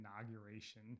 inauguration